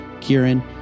Kieran